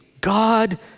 God